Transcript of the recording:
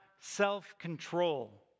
self-control